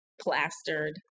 plastered